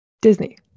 Disney